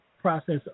process